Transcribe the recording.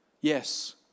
yes